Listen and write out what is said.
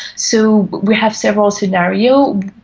so we have several scenarios.